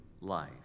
life